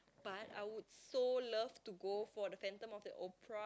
but I would so love to go for the Phantom of the Opera